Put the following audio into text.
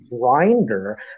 grinder